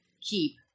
keep